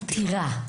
טירה.